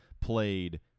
played